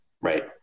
Right